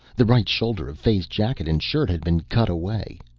the right shoulder of fay's jacket and shirt had been cut away.